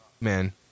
man